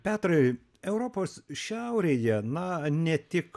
petrai europos šiaurėje na ne tik